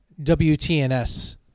WTNS